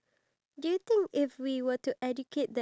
why do you think it's much more harder